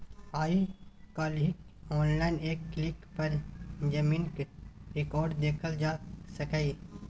आइ काल्हि आनलाइन एक क्लिक पर जमीनक रिकॉर्ड देखल जा सकैए